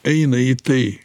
eina į tai